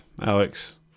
Alex